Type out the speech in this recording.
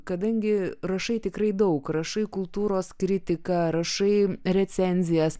kadangi rašai tikrai daug rašai kultūros kritiką rašai recenzijas